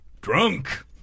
Drunk